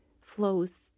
flows